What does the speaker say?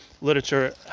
literature